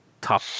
top